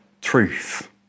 truth